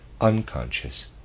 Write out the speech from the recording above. unconscious